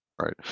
right